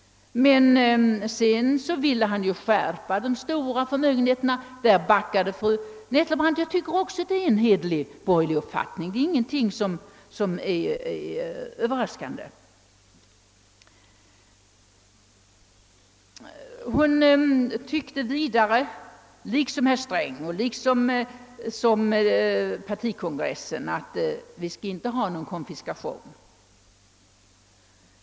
Men sedan ville han skärpa skatten på de stora förmögenheterna; där backade fru Nettelbrandt. Det är också en hederlig borgerlig uppfattning som inte överraskar. Liksom herr Sträng och partikongressen tyckte fru Nettelbrandt också att vi inte skall ha någon konfiskation.